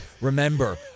Remember